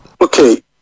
okay